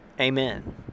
Amen